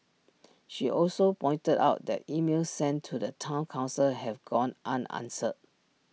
she also pointed out that emails sent to the Town Council have gone unanswered